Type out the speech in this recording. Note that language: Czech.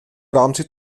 rámci